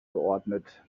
geordnet